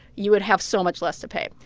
you would have so much less to pay.